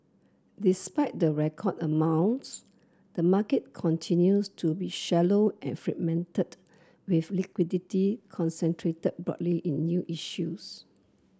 despite the record amounts the market continues to be shallow and fragmented with liquidity concentrated broadly in new issues